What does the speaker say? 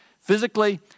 physically